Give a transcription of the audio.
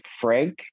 frank